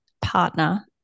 partner